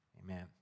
Amen